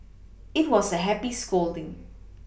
it was a happy scolding